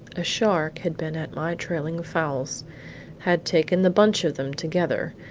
a shark had been at my trailing fowls had taken the bunch of them together,